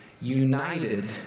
united